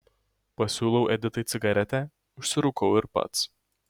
pasiūlau editai cigaretę užsirūkau ir pats